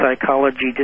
psychology